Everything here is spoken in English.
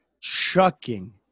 chucking